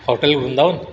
hotel Vrindavan